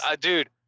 Dude